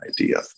idea